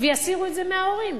ויסירו את זה מההורים.